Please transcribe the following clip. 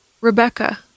Rebecca